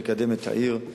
מקדם את העיר.